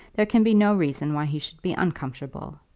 there can be no reason why he should be uncomfortable.